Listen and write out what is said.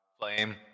Flame